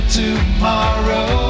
tomorrow